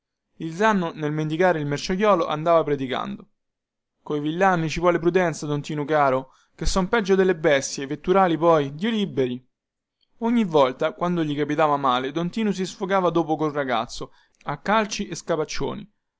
il zanno nel medicare il merciaiuolo andava predicando coi villani ci vuole prudenza don tinu caro chè son peggio delle bestie vetturali poi dio liberi ogni volta quando gli capitava male don tinu si sfogava dopo col ragazzo a calci e scapaccioni